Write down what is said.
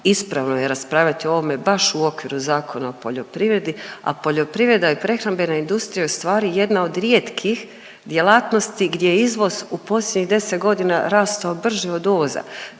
ispravno je raspravljati o ovome baš u okviru Zakona o poljoprivredi, a poljoprivreda i prehrambena industrija je ustvari jedna od rijetkih djelatnosti gdje izvoz u posljednjih 10 godina rastao brže od uvoza,